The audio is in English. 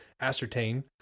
ascertain